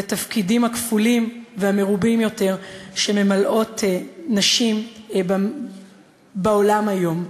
לתפקידים הכפולים והמרובים יותר שממלאות נשים בעולם היום.